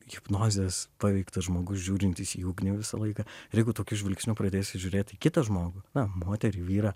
hipnozės paveiktas žmogus žiūrintis į ugnį visą laiką ir jeigu tokiu žvilgsniu pradėsi žiūrėt į kitą žmogų moterį vyrą